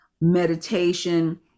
meditation